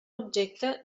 objecte